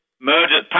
Murder